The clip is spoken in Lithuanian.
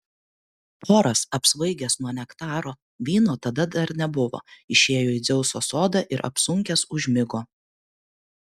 poras apsvaigęs nuo nektaro vyno tada dar nebuvo išėjo į dzeuso sodą ir apsunkęs užmigo